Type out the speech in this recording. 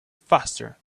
faster